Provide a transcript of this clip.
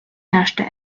herrschte